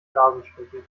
blasenschwäche